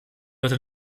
heute